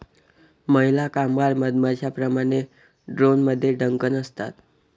महिला कामगार मधमाश्यांप्रमाणे, ड्रोनमध्ये डंक नसतात